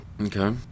Okay